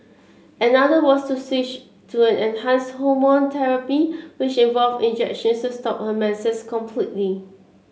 another was to switch to an enhanced hormone therapy which involved injections to stop her menses completely